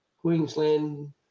Queensland